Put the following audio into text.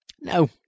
No